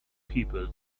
people